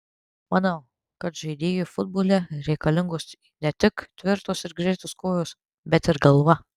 manau kad žaidėjui futbole reikalingos ne tik tvirtos ir greitos kojos bet ir galva